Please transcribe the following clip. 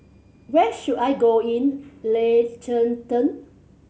where should I go in Liechenten